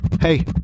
hey